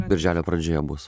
birželio pradžioje bus